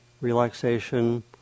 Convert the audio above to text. relaxation